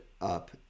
up